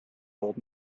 old